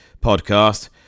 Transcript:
podcast